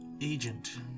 agent